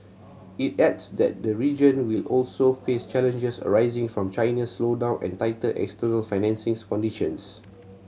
it adds that the region will also face challenges arising from China's slowdown and tighter external financing conditions